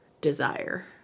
desire